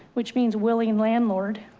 which means willing landlord.